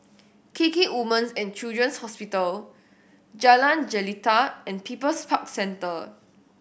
KK Women's And Children's Hospital Jalan Jelita and People's Park Centre